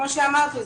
כמו שאמרתי,